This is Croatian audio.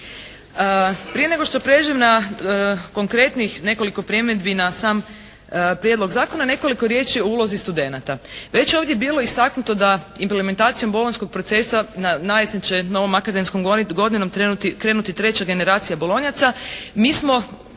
Prije nego što prijeđem na konkretnih nekoliko primjedbi na sam Prijedlog zakona nekoliko riječi o ulozi studenata. Već je ovdje bilo istaknuto da implementacijom bolonjskom procesa najesen će novom akademskom godinom krenuti treća generacija «bolonjaca». Mi smo